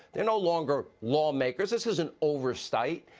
they are no longer lawmakers, this isn't oversight,